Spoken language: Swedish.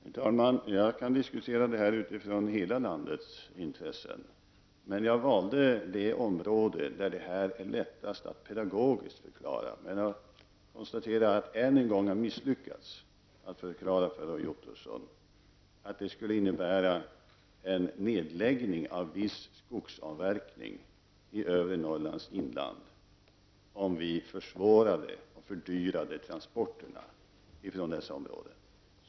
Herr talman! Jag kan diskutera den här frågan utifrån hela landets intressen. Jag valde att hålla mig till det område där den är pedagogiskt lättast att förklara. Men jag kan än en gång konstatera att jag har misslyckats att för Roy Ottosson förklara att det skulle innebära en nedläggning av viss skogsavverkning i övre Norrlands inland om vi försvårade och fördyrade transporterna ifrån dessa områden.